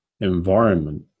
environment